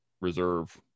Reserve